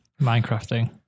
Minecrafting